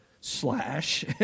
slash